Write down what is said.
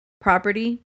property